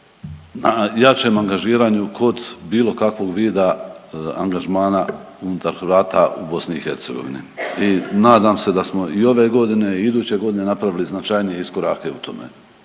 na jačem angažiranju kod bilo kakvog vida angažmana unutar Hrvata u BiH. I nadam se da smo i ove godine i iduće godine napravili značajnije iskorake u tome.